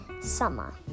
summer